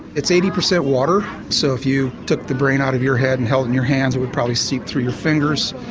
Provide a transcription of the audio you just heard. it's eighty percent water so if you took the brain out of your head and held it in your hands it would probably seep through your fingers.